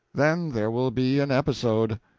then there will be an episode!